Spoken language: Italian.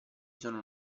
sono